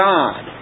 God